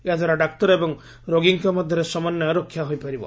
ଏହାଦ୍ୱାରା ଡାକ୍ତର ଏବଂ ରୋଗୀଙ୍କ ମଧ୍ଧରେ ସମନ୍ୱୟ ରକ୍ଷା ହୋଇପାରିବ